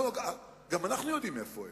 גם אנחנו יודעים איפה הם,